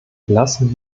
lassen